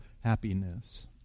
happiness